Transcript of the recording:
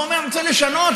ואומר: אני רוצה לשנות,